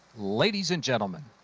ladies and gentlemen,